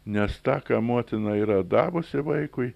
nes tą ką motina yra davusi vaikui